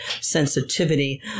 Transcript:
sensitivity